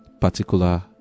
particular